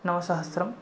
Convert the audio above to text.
नवसहस्रम्